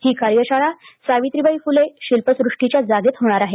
ही कार्यशाळा सावित्रीबाई फुले शिल्पसुष्टीच्या जागेत होणार आहे